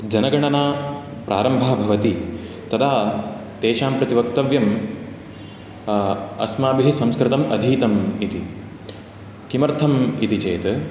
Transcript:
जनगणना प्रारम्भः भवति तदा तेषां प्रति वक्तव्यम् अस्माभिः संस्कृतम् अधीतम् इति किमर्थम् इति चेत्